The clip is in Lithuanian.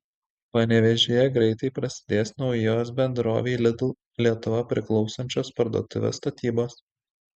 panevėžyje greitai prasidės naujos bendrovei lidl lietuva priklausančios parduotuvės statybos